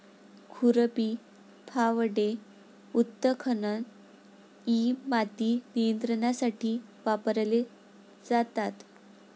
खुरपी, फावडे, उत्खनन इ माती नियंत्रणासाठी वापरले जातात